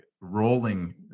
rolling